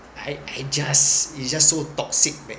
I I just it's just so toxic back